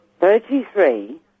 Thirty-three